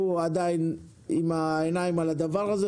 אין תגובות ממשרדי הממשלה לאחרונה,